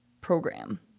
program